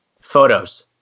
photos